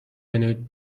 منوی